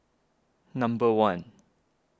number one